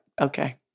okay